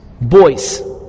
boys